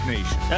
Nation